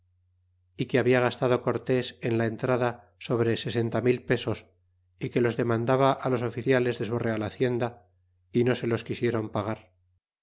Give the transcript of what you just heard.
y que habia gastado cortés en la entrada sobre sesenta mil pesos y que los demandaba los oficiales de su real hacienda y no se los quisieron pagar